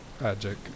Magic